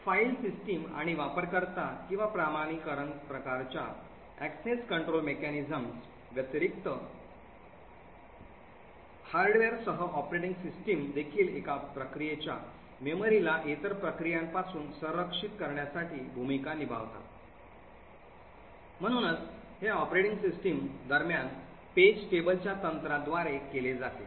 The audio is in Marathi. फाइल सिस्टम आणि वापरकर्ता किंवा प्रमाणीकरण प्रकारच्या access control mechanisms व्यतिरिक्त हार्डवेअरसह ऑपरेटिंग सिस्टम देखील एका प्रक्रियेच्या मेमरीला इतर प्रक्रियांपासून संरक्षित करण्यासाठी भूमिका निभावतात म्हणूनच हे ऑपरेटिंग सिस्टम दरम्यान page table च्या तंत्राद्वारे केले जाते